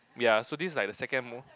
yeah so this is like the second